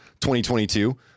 2022